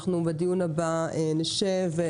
בדיון הבא נשב,